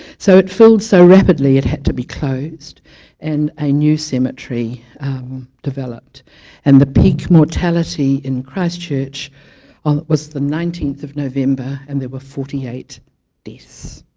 so it filled so rapidly it had to be closed and a new cemetery developed and the peak mortality in christchurch um was the nineteenth november, and there were forty eight deaths